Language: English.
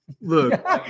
look